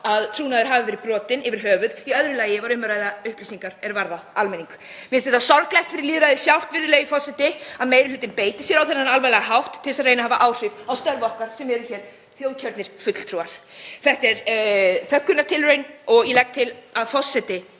að trúnaður hafði verið brotinn yfir höfuð. Í öðru lagi var um að ræða upplýsingar er varða almenning. Mér finnst það sorglegt fyrir lýðræðið sjálft, virðulegi forseti, að meiri hlutinn beiti sér með þessum alvarlega hætti til að reyna að hafa áhrif á störf okkar sem erum hér þjóðkjörnir fulltrúar. Þetta er þöggunartilraun og ég legg til að forseti